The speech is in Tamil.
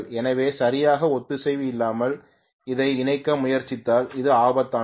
எனவே சரியான ஒத்திசைவு இல்லாமல் அதை இணைக்க முயற்சித்தால் அது ஆபத்தானது